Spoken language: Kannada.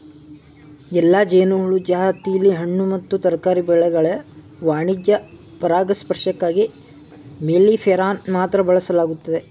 ಎಲ್ಲಾ ಜೇನುಹುಳು ಜಾತಿಲಿ ಹಣ್ಣು ಮತ್ತು ತರಕಾರಿ ಬೆಳೆಗಳ ವಾಣಿಜ್ಯ ಪರಾಗಸ್ಪರ್ಶಕ್ಕಾಗಿ ಮೆಲ್ಲಿಫೆರಾನ ಮಾತ್ರ ಬಳಸಲಾಗ್ತದೆ